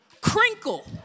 crinkle